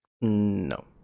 no